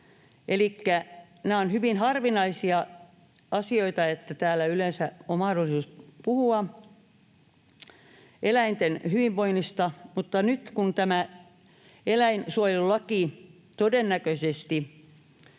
nämä ovat hyvin harvinaisia asioita, kun täällä yleensä on mahdollisuus puhua eläinten hyvinvoinnista, mutta nyt kun tämä eläinsuojelulaki todennäköisesti